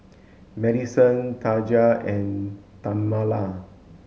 Madison Taja and Tamala